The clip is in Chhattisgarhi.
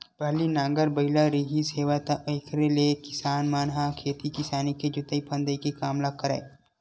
पहिली नांगर बइला रिहिस हेवय त ओखरे ले किसान मन ह खेती किसानी के जोंतई फंदई के काम ल करय